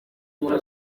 umuntu